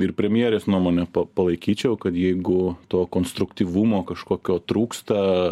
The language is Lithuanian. ir premjerės nuomone palaikyčiau kad jeigu to konstruktyvumo kažkokio trūksta